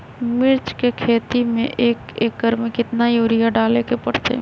मिर्च के खेती में एक एकर में कितना यूरिया डाले के परतई?